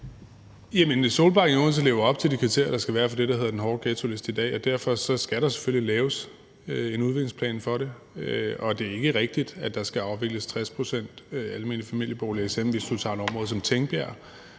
i Odense lever op til de kriterier, der skal være for det, der hedder den hårde ghettoliste, i dag, og derfor skal der selvfølgelig laves en udviklingsplan for det. Og det er ikke rigtigt, at der skal afvikles 60 pct. almene familieboliger. Eksempelvis hvis du tager et område som Tingbjerg,